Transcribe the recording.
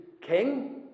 king